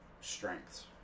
strengths